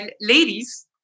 ladies